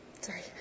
sorry